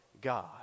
God